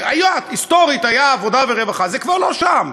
היסטורית היה עבודה ורווחה, וכבר זה לא שם.